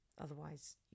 otherwise